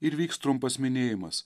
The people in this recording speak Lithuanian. ir vyks trumpas minėjimas